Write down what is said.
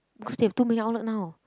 cause they have too many outlet now